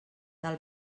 del